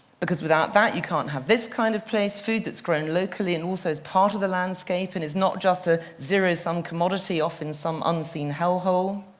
because without that, you can't have this kind of place, food that is grown locally and also is part of the landscape, and is not just a zero-sum commodity off in some unseen hell-hole.